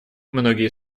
многие